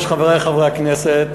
בערובה ומשוחררים על-תנאי ממאסר (הוראת